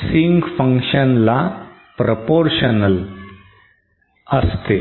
sync function ला proportional असते